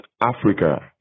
Africa